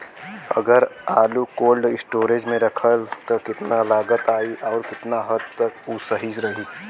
अगर आलू cold storage में रखायल त कितना लागत आई अउर कितना हद तक उ सही रही?